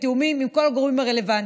בתיאומים עם כל הגורמים הרלוונטיים.